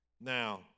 Now